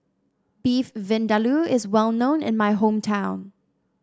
Beef Vindaloo is well known in my hometown